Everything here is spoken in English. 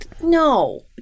no